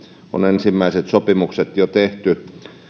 on ensimmäiset sopimukset jo tehty